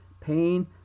Pain